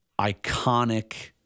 iconic